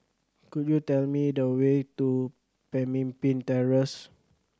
could you tell me the way to Pemimpin Terrace